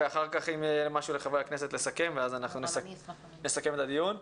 ואחר כך אם יהיה משהו לחברי הכנסת לסכם ואז אנחנו נסכם את הדיון.